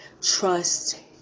trust